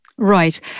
Right